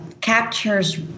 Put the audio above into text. captures